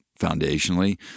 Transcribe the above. foundationally